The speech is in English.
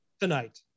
tonight